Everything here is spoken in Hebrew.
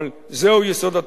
אבל זהו יסוד התוכנית.